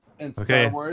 okay